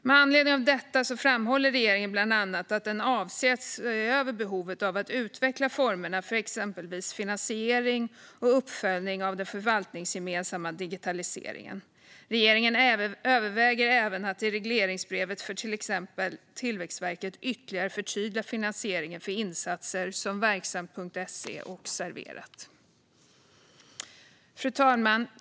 Med anledning av detta framhåller regeringen bland annat att den avser att se över behovet av att utveckla formerna för exempelvis finansiering och uppföljning av den förvaltningsgemensamma digitaliseringen. Regeringen överväger även att i regleringsbrevet för exempelvis Tillväxtverket ytterligare förtydliga finansieringen för insatser som verksamt.se och Serverat. Fru talman!